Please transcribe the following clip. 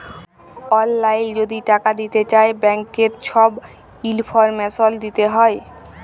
অললাইল যদি টাকা দিতে চায় ব্যাংকের ছব ইলফরমেশল দিতে হ্যয়